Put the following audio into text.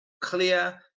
clear